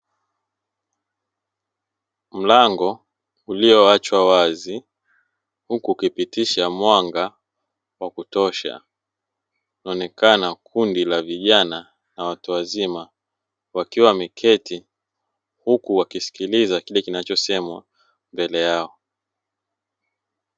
Mlango ulioachwa wazi huku ukipitisha mwanga wa kutosha, linaonekana kundi la vijana na watu wazima wakiwa wameketi huku wakisikiliza kile kinachosemwa mbele yao.